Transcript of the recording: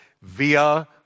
via